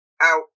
out